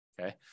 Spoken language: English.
Okay